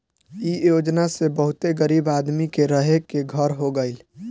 इ योजना से बहुते गरीब आदमी के रहे के घर हो गइल